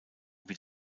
wie